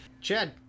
Chad